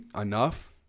enough